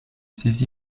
saisi